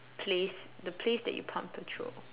place the place that you pump petrol